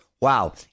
Wow